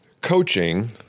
coaching